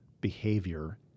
behavior